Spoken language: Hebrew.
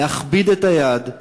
להכביד את היד,